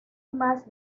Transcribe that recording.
más